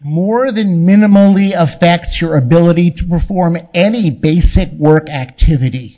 more than minimum only affects your ability to perform any basic work activity